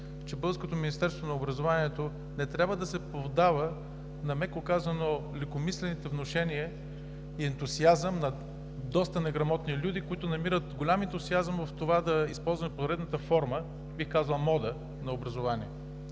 че българското Министерство на образованието не трябва да се поддава на, меко казано, лекомислените внушения и ентусиазъм на доста неграмотни люде, които намират голям ентусиазъм в това да използват поредната форма, бих казал мода, на образование.